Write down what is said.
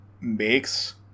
makes